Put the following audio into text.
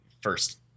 first